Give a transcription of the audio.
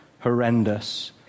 horrendous